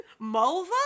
Mulva